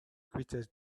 greatest